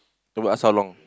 to what us how long